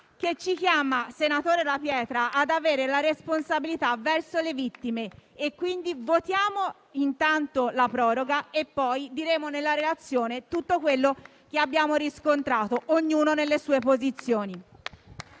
che ci chiama, senatore La Pietra, ad avere responsabilità verso le vittime. Votiamo intanto la proroga e poi diremo nella relazione tutto quello che abbiamo riscontrato, ognuno nelle sue posizioni.